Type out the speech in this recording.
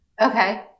Okay